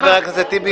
חבר הכנסת טיבי,